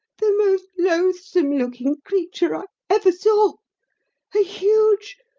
the most loathsome-looking creature i ever saw a huge,